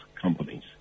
companies